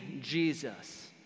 Jesus